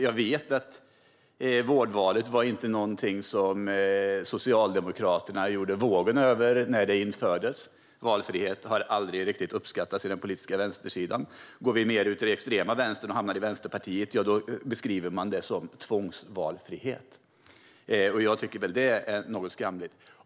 Jag vet att vårdvalet inte var någonting som Socialdemokraterna gjorde vågen för när det infördes. Valfrihet har aldrig riktigt uppskattats av den politiska vänstersidan. Om man går till den extrema vänstern och hamnar i Västerpartiet, beskrivs det som tvångsvalfrihet. Jag tycker att det är något skamligt.